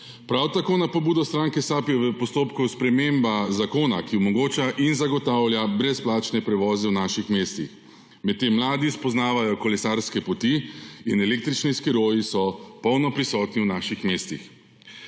Prav tako je na pobudo stranke SAB v postopku sprememba zakona, ki omogoča in zagotavlja brezplačne prevoze v naših mestih. Medtem mladi spoznavajo kolesarske poti in električni skiroji so polno prisotni v naših mestih.